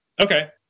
Okay